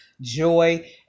joy